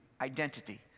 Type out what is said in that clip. identity